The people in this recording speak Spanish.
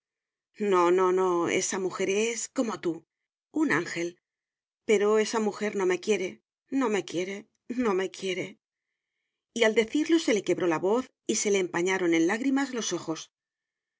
no no no esa mujer es como tú un ángel pero esa mujer no me quiere no me quiere no me quiere y al decirlo se le quebró la voz y se le empañaron en lágrimas los ojos